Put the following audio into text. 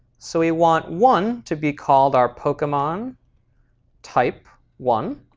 so we want one to be called our pokemon type one,